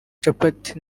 capati